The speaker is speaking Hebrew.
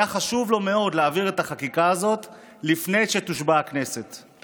היה חשוב לו מאוד להעביר את החקיקה הזאת לפני שתושבע הממשלה.